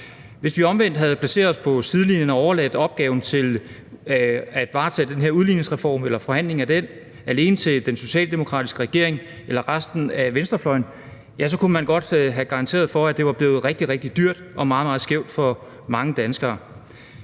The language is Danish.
Hvis vi omvendt havde placeret os på sidelinjen og overladt opgaven om at varetage forhandlingen af den her udligningsreform alene til den socialdemokratiske regering eller til resten af venstrefløjen, kunne man godt have garanteret for, at det var blevet rigtig, rigtig dyrt og meget, meget skævt i forhold til mange danskere.